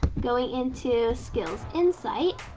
going into skills insight,